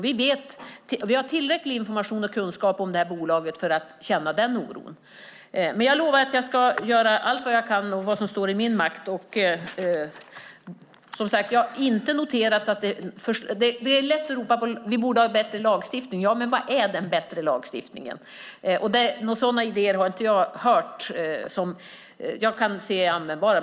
Vi har tillräcklig information och kunskap om det här bolaget för att känna den oron. Jag lovar att jag ska göra allt vad jag kan och vad som står i min makt. Det är lätt att ropa att vi borde ha en bättre lagstiftning - ja, men vad är den bättre lagstiftningen? Några sådana idéer har jag inte hört som jag kan se är användbara.